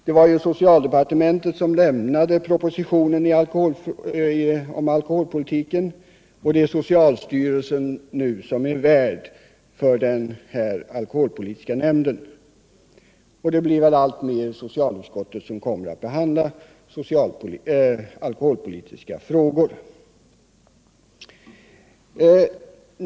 Det var ju socialdepartementet som lämnade propositionen om alkoholpolitiken, och det är nu socialstyrelsen som är värd för den här alkoholpolitiska nämnden. Det blir väl också alltmer socialutskottet som kommer att behandla alkoholpolitiska frågor.